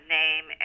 name